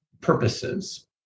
purposes